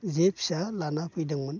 जे फिसा लाना फैदोंमोन